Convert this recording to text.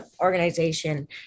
organization